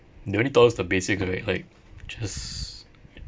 they only told us the basic correct like just